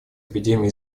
эпидемией